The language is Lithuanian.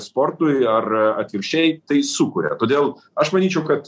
sportui ar atvirkščiai tai sukuria todėl aš manyčiau kad